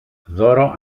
δώρο